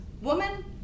woman